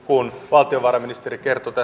kun valtiovarainministeri kerttu ta